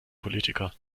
politiker